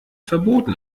verboten